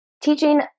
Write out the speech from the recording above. teaching